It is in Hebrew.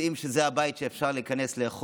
יודעים שזה בית שאפשר להיכנס אליו לאכול,